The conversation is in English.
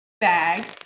bag